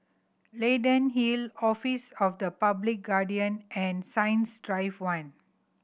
Leyden Hill Office of the Public Guardian and Science Drive One